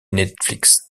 netflix